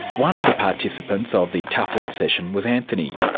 one of the participants ah of the tough love session was anthony.